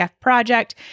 project